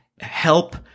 help